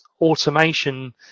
automation